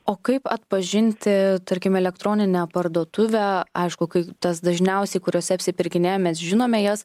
o kaip atpažinti tarkim elektroninę parduotuvę aišku kai tas dažniausiai kuriose apsipirkinėjam mes žinome jas